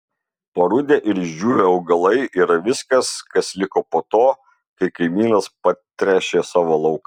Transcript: parudę ir išdžiūvę augalai yra viskas kas liko po to kai kaimynas patręšė savo lauką